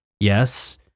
Yes